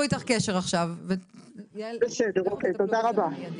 תודה רבה.